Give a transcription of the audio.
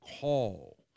call